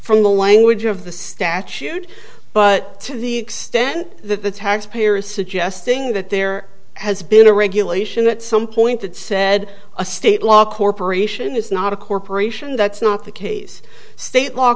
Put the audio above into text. from the language of the statute but to the extent that the taxpayer is suggesting that there has been a regulation at some point that said a state law a corporation is not a corporation that's not the case state law